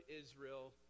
Israel